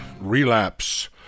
Relapse